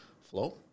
flow